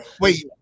Wait